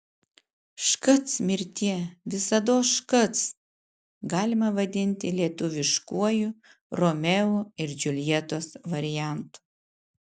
škac mirtie visados škac galima vadinti lietuviškuoju romeo ir džiuljetos variantu